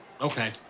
Okay